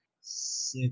Six